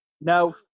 No